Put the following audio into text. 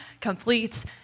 completes